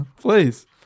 Please